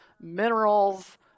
minerals